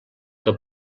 que